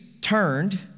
turned